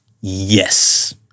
Yes